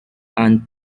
and